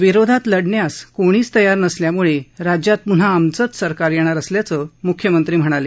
विरोधात लढण्यास कोणीच तयार नसल्यामुळे राज्यात पून्हा आमचंच सरकार येणार असल्याचं मुख्यमंत्री म्हणाले